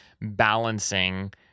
balancing